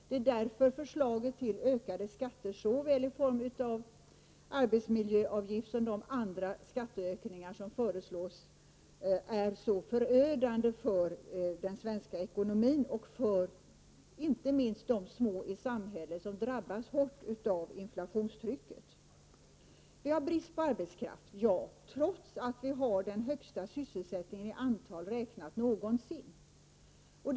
Det är därför förslaget till ökade skatter i form av såväl arbetsmiljöavgift som de andra skatteökningar som föreslås är så förödande för den svenska ekonomin och för inte minst de små i samhället som drabbas hårt av inflationstrycket. Vi har brist på arbetskraft, trots att vi har den högsta sysselsättningen någonsin, räknat i antal sysselsatta.